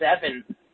seven